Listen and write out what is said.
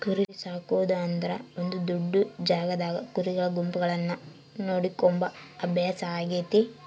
ಕುರಿಸಾಕೊದು ಅಂದ್ರ ಒಂದು ದೊಡ್ಡ ಜಾಗದಾಗ ಕುರಿಗಳ ಗುಂಪುಗಳನ್ನ ನೋಡಿಕೊಂಬ ಅಭ್ಯಾಸ ಆಗೆತೆ